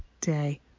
day